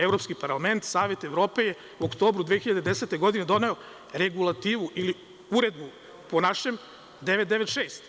Evropski parlament, Savet Evrope je u oktobru 2010. godine, doneo regulativu ili uredbu, po našem, 996.